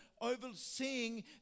overseeing